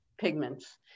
pigments